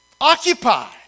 occupy